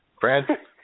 Brad